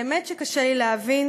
באמת קשה לי להבין